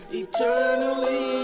eternally